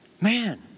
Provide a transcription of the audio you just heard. Man